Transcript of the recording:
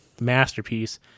masterpiece